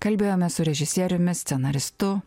kalbėjome su režisieriumi scenaristu